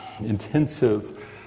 intensive